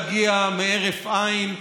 בקשה, תחינה, שהישועה תגיע כהרף עין.